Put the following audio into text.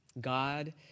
God